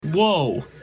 Whoa